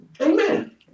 Amen